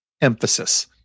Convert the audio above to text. emphasis